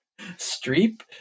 Streep